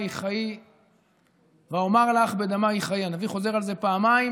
חיי ואמר לך בדמיך חיי" הנביא חוזר על זה פעמיים,